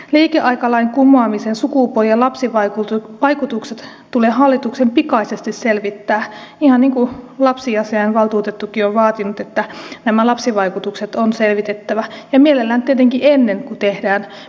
liikeaikalain kumoamisen sukupuoli ja lapsivaikutukset tulee hallituksen pikaisesti selvittää ihan niin kuin lapsiasiavaltuutettukin on vaatinut että nämä lapsivaikutukset on selvitettävä ja mielellään tietenkin ennen kuin tehdään peruuttamattomia päätöksiä